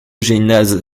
gymnase